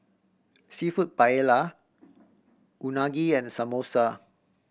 Seafood Paella Unagi and Samosa